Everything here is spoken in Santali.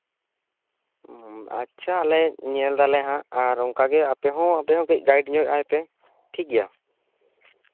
ᱟᱪᱪᱷᱟ ᱧᱮᱞ ᱫᱟᱞᱮ ᱦᱟᱜ ᱚᱱᱠᱟᱜᱮ ᱟᱯᱮ ᱦᱚᱸ ᱜᱟᱭᱤᱰ ᱧᱚᱜ ᱟᱭ ᱯᱮ ᱴᱷᱤᱠ ᱜᱮᱭᱟ